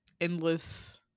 endless